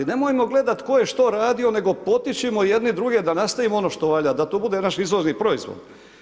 Nemojmo gledati tko je što radio, nego potičimo jedni druge da nastavimo ono što valja, da to bude naš izvozni proizvod.